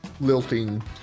Lilting